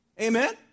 Amen